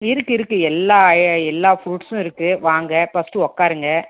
இருக்கு இருக்கு எல்லாம் எல்லா ஃப்ரூட்ஸ்ம் இருக்கு வாங்க ஃபர்ஸ்ட்டு உக்காருங்க